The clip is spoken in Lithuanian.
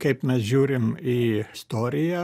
kaip mes žiūrim į istoriją